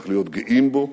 צריכים להיות גאים בו,